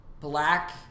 black